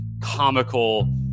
comical